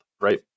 right